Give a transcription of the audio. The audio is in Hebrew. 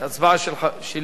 זו הצבעה שלי,